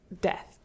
death